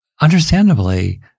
understandably